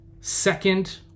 second